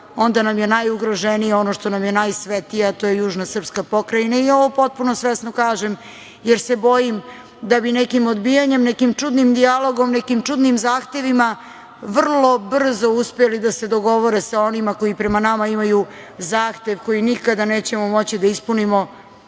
onda nam je najugroženije ono što nam je najsvetije, a to je južna srpska pokrajina. Ovo potpuno svesno kažem jer se bojim da bi nekim odbijanjem, nekim čudnim dijalogom, nekim čudnim zahtevima vrlo brzo uspeli da se dogovore sa onima koji prema nama imaju zahtev koji nikada nećemo moći da ispunimo